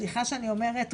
סליחה שאני אומרת,